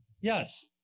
Yes